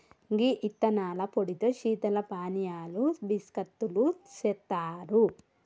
గీ యిత్తనాల పొడితో శీతల పానీయాలు బిస్కత్తులు సెత్తారు